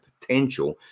potential